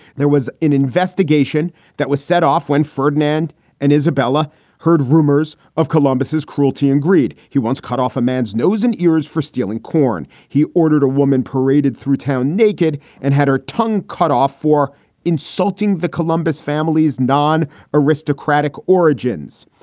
there was an investigation that was set off when ferdinand and isabella heard rumors of columbus's cruelty and greed. he once cut off a man's nose and ears for stealing corn. he ordered a woman paraded through town naked and had her tongue. cut off for insulting the columbus families, non aristocratic origins.